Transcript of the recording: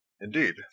Indeed